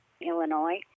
Illinois